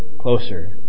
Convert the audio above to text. closer